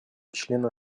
члена